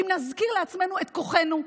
אם נזכיר לעצמנו את כוחנו,